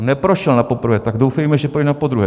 Neprošel napoprvé, tak doufejme, že projde napodruhé.